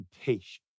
patience